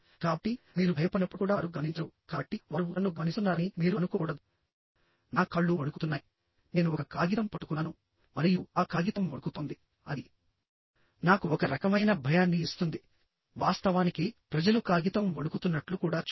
కాబట్టి మీరు భయపడినప్పుడు కూడా వారు గమనించరు కాబట్టి వారు నన్ను గమనిస్తున్నారని మీరు అనుకోకూడదు నా కాళ్ళు వణుకుతున్నాయినేను ఒక కాగితం పట్టుకున్నాను మరియు ఆ కాగితం వణుకుతోంది అది నాకు ఒక రకమైన భయాన్ని ఇస్తుంది వాస్తవానికి ప్రజలు కాగితం వణుకుతున్నట్లు కూడా చూడరు